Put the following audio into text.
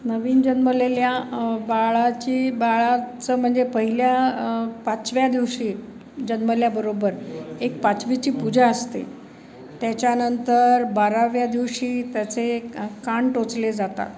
नवीन जन्मलेल्या बाळाची बाळाचं म्हणजे पहिल्या पाचव्या दिवशी जन्मल्याबरोबर एक पाचवीची पूजा असते त्याच्यानंतर बाराव्या दिवशी त्याचे कान टोचले जातात